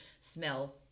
smell